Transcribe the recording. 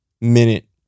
minute